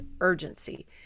urgency